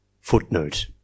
Footnote